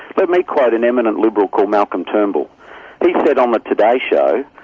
let me quote an eminent liberal called malcolm turnbull. he said on the today show,